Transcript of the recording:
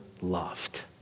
loved